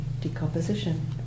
decomposition